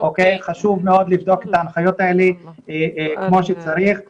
חשוב מאוד לבדוק את ההנחיות האלה כמו שצריך.